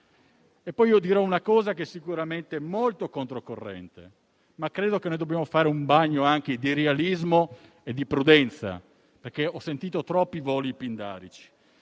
Dirò poi una cosa che sicuramente è molto contro corrente, ma credo che dobbiamo fare un bagno di realismo e di prudenza, perché ho sentito troppi voli pindarici.